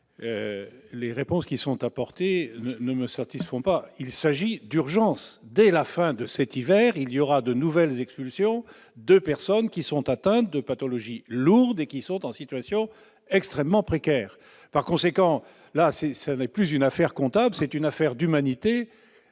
les réponses apportées ne me satisfont pas. Il s'agit d'une urgence : dès la fin de cet hiver, il y aura de nouvelles expulsions de personnes atteintes de pathologies lourdes et en situation extrêmement précaires. Ce n'est plus une affaire comptable, c'est une affaire d'humanité.